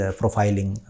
profiling